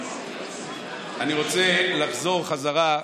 אני רוצה לחזור חזרה.